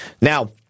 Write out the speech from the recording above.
Now